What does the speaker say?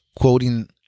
quoting